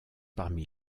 parmi